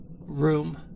room